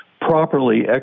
properly